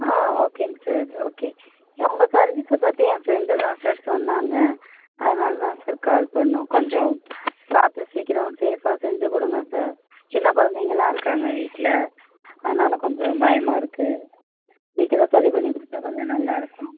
ஆ ஓகேங்க sir okay உங்கள் சர்வீஸை பற்றி என் ஃப்ரெண்டு தான் சார் சொன்னாங்க அதனால் தான் சார் கால் பண்ணோம் கொஞ்சம் பார்த்து சீக்கிரம் சேஃப்பாக செஞ்சுக் கொடுங்க சார் சின்ன குழந்தைங்கள்லாம் இருக்காங்க வீட்டில் அதனால் கொஞ்சம் பயமாக இருக்குது சீக்கிரம் சரி பண்ணி கொடுத்தா கொஞ்சம் நல்லாயிருக்கும்